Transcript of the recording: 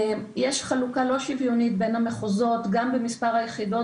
יש חלוקה לא שוויונית בין המחוזות גם במספר היחידות